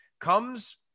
comes